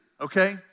okay